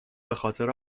بخاطر